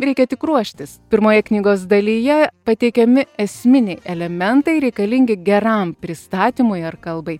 reikia tik ruoštis pirmoje knygos dalyje pateikiami esminiai elementai reikalingi geram pristatymui ar kalbai